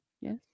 yes